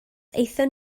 aethon